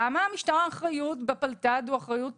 למה משטר האחריות בפלת"ד הוא אחריות